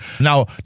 Now